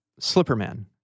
Slipperman